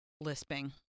lisping